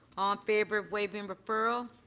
um favor of waiving referral.